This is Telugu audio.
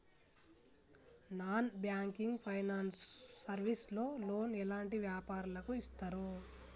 నాన్ బ్యాంకింగ్ ఫైనాన్స్ సర్వీస్ లో లోన్ ఎలాంటి వ్యాపారులకు ఇస్తరు?